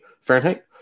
Fahrenheit